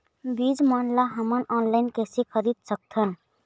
बीज मन ला हमन ऑनलाइन कइसे खरीद सकथन?